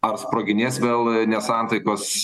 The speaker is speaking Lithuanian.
ar sproginės vėl nesantaikos